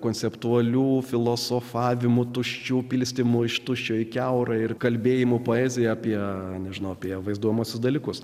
konceptualių filosofavimų tuščių pilstymo iš tuščio į kiaurą ir kalbėjimo poeziją apie nežino apie vaizduojamuosius dalykus